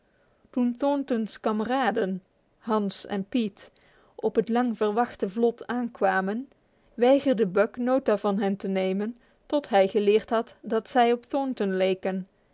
weg toen thornton's kameraden hans en pete op het lang verwachte vlot aankwamen weigerde buck nota van hen te nemen tot hij geleerd had dat zij op thornton leken